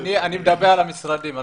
אני מדבר על המשרדים.